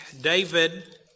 David